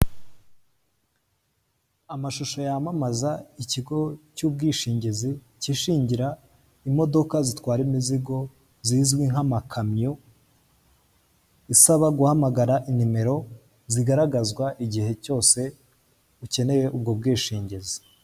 Amashusho yamamaza ikigo cy'ubwishingizi kishingira imodoka zitwara imizigo zizwi nk'amakamyo, isaba guhamagara inimero zigaragazwa igihe cyose ukeneye ubwo bwishingizi.